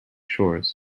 shores